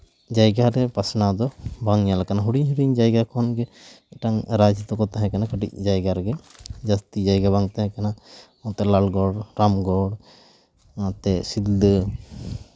ᱡᱟᱭᱜᱟ ᱨᱮ ᱯᱟᱥᱱᱟᱣ ᱫᱚ ᱵᱟᱝ ᱧᱮᱞ ᱠᱟᱱᱟ ᱦᱩᱰᱤᱧ ᱦᱩᱰᱤᱧ ᱡᱟᱭᱜᱟ ᱠᱷᱚᱱ ᱜᱮ ᱢᱤᱫᱴᱟᱝ ᱨᱟᱡᱽ ᱫᱚᱠᱚ ᱛᱟᱦᱮᱸ ᱠᱟᱱᱟ ᱠᱟᱹᱴᱤᱡ ᱡᱟᱭᱜᱟ ᱨᱮᱜᱮ ᱡᱟᱹᱥᱛᱤ ᱡᱟᱭᱜᱟ ᱵᱟᱝ ᱛᱟᱦᱮᱸ ᱠᱟᱱᱟ ᱚᱱᱛᱮ ᱞᱟᱞᱜᱚᱲ ᱨᱟᱢᱜᱚᱲ ᱱᱚᱛᱮ ᱥᱤᱞᱫᱟᱹ